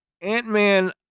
Ant-Man